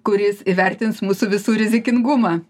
kuris įvertins mūsų visų rizikingumą